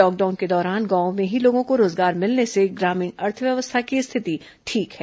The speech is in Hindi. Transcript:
लॉकडाउन के दौरान गांवों में ही लोगों को रोजगार मिलने से ग्रामीण अर्थव्यवस्था की रिथति ठीक है